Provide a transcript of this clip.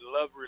love